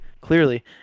clearly